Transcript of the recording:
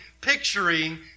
picturing